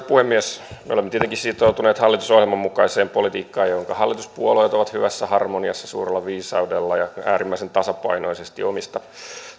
puhemies me olemme tietenkin sitoutuneet hallitusohjelman mukaiseen politiikkaan jonka hallituspuolueet ovat hyvässä harmoniassa suurella viisaudella ja äärimmäisen tasapainoisesti omista